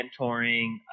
mentoring